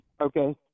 Okay